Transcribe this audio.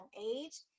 age